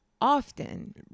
often